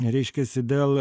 reiškiasi dėl